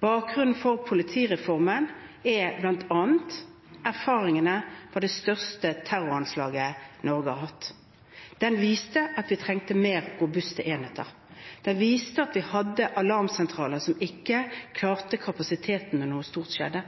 Bakgrunnen for politireformen er bl.a. erfaringene fra det største terroranslaget Norge har hatt. Det viste at vi trengte mer robuste enheter. Det viste at vi hadde alarmsentraler som ikke klarte kapasitetene da noe stort skjedde.